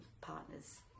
partners